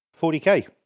40k